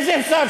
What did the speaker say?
איזה מוסר?